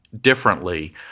differently